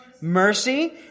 Mercy